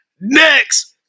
next